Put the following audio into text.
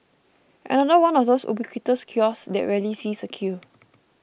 another one of those ubiquitous kiosks that rarely sees a queue